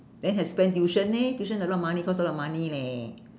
then have spend tuition leh tuition a lot money cost a lot money leh